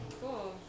Cool